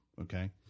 Okay